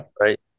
Right